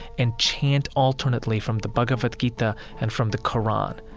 and chant alternately from the bhagavad gita and from the qur'an,